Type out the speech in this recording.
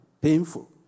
painful